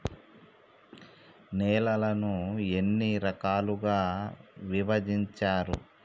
నేలలను ఎన్ని రకాలుగా విభజించారు?